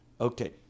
Okay